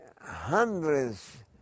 hundreds